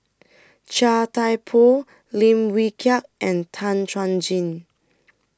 Chia Thye Poh Lim Wee Kiak and Tan Chuan Jin